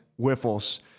wiffles